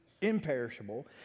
imperishable